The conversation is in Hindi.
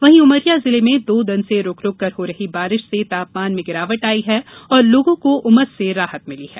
वहीं उमरिया जिले में दो दिन से रूक रूक कर हो रही बारिश से तापमान में गिरावट आई है और लोगों को उमस से राहत मिली है